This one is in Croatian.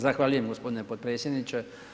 Zahvaljujem g. potpredsjedniče.